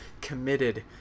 committed